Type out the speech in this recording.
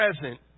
present